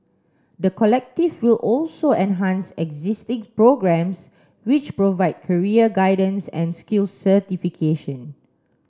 the collective will also enhance existing programmes which provide career guidance and skills certification